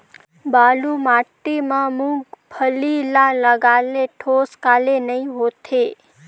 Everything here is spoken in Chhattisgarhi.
बालू माटी मा मुंगफली ला लगाले ठोस काले नइ होथे?